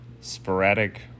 sporadic